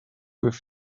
with